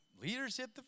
leadership